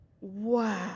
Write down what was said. Wow